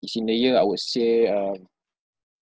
it's in the year I would say um